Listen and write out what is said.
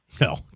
No